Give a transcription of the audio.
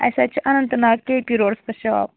اَسہِ حظ چھِ اننت ناگ کے پی روڈَس پیٚٹھ شاپ